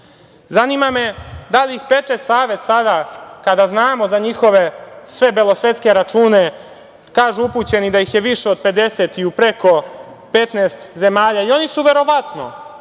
jede. Zanima me da li ih peče savest sada kada znamo za njihove sve belosvetske račune, kažu upućeni da ih je više od 50 i u preko 15 zemalja. Oni su verovatno,